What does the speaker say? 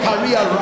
Career